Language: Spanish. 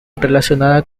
relacionada